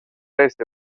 este